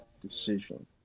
decision